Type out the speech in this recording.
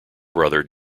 brother